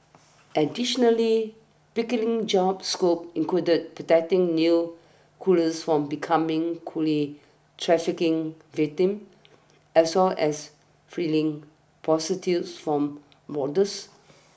additionally Pickering's job scope included protecting new coolers from becoming coolie trafficking victims as well as freeing prostitutes from brothels